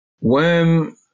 worm